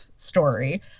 story